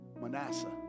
Manasseh